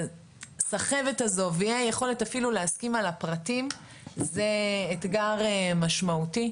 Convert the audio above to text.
הסחבת הזו ואי היכולת אפילו להסכים על הפרטים זה אתגר משמעותי.